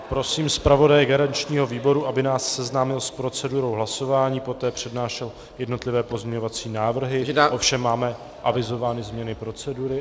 Prosím zpravodaje garančního výboru, aby nás seznámil s procedurou hlasování, poté přednášel jednotlivé pozměňovací návrhy, ovšem máme avizovány změny procedury.